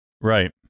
right